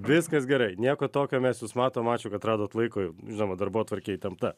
viskas gerai nieko tokio mes jus matom ačiū kad radot laiko žinoma darbotvarkė įtempta